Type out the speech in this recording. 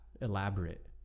elaborate